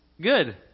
Good